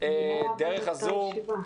דרך הזום,